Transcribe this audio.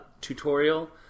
tutorial